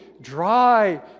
dry